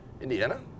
Indiana